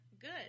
good